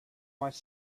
much